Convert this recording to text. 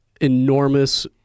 enormous